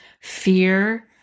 fear